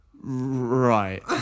Right